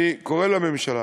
אני קורא לממשלה